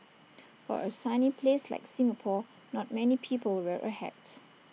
for A sunny place like Singapore not many people wear A hat